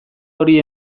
hori